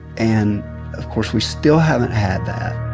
and of course, we still haven't had that